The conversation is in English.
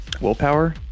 willpower